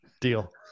Deal